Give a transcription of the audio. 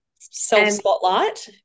Self-spotlight